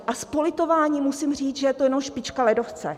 A s politováním musím říct, že to je jenom špička ledovce.